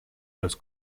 los